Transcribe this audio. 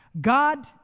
God